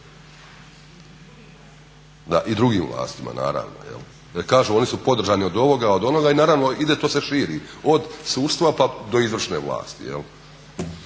Da, i drugim vlastima naravno. Kažu oni su podržani od ovoga, od onoga. I naravno ide, to se širi od sudstva pa do izvršne vlasti.